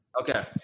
Okay